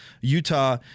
Utah